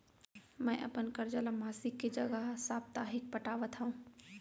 मै अपन कर्जा ला मासिक के जगह साप्ताहिक पटावत हव